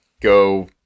go